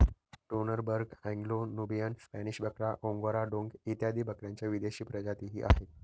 Toggenburg, Anglo Nubian, Spanish बकरा, Angora डोंग इत्यादी बकऱ्यांच्या विदेशी प्रजातीही आहेत